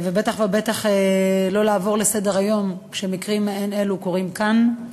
ובטח ובטח שלא לעבור לסדר-היום כשמקרים מעין אלו קורים כאן,